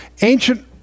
ancient